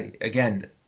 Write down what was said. Again